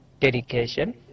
dedication